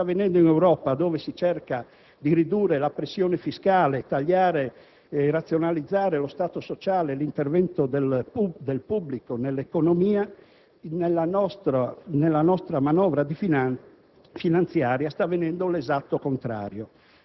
stati sufficienti. Rispetto a quanto sta avvenendo in Europa, dove si cerca di ridurre la pressione fiscale, tagliare e razionalizzare lo Stato sociale e l'intervento del pubblico nell'economia, nella nostra manovra finanziaria